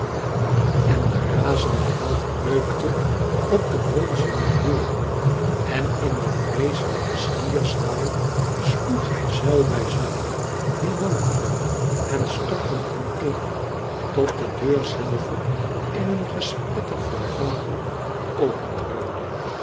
en de razende held beukte op de bronzene deur en in den vreeslijken zwierzwaai sloeg hij zuil bij zuil die wankelden en stortten in een tot de deur zelve in een gespetter van vonken